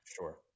Sure